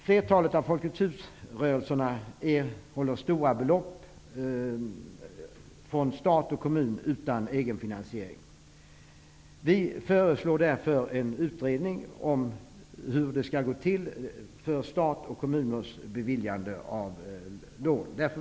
Flertalet av Folket hus-föreningarna får stora belopp från stat och kommun. De har ingen egen finansiering. Vi föreslår därför en utredning av hur det skall gå till när stat och kommuner beviljar lån.